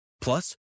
Plus